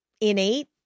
innate